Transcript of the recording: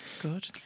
Good